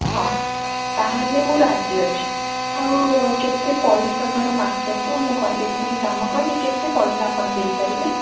ହଁ ତା'ହେଲେ ମୁଁ ରାଜି ଅଛି ଆଉ କେତେ ପଇସା ଧର ମାସକୁ ମୁଁ କଲି ଏତିକି କାମ କଲି କେତେ ପଇସା ଆପଣ ଦେଇପାରିବେ